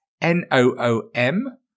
n-o-o-m